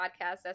podcast